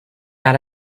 out